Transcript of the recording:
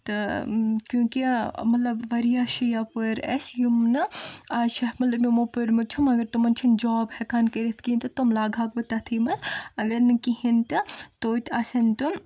تہٕ کیونٛکہِ مطلب وارِیاہ چھِ یپٲرۍ اَسہِ یِم نہٕ از چھِ ہا مطلب یِمو پوٚرمُت چھُ مگر تِمن چھُنہِ جاب ہیٚکان کٔرِتھ کیٚنٛہہ تہٕ تِم لاگہٕ ہاکھ بہٕ تٔتھۍ منٛز اگر نہٕ کِہیٖنٛۍ تہٕ توتہِ آسن تِم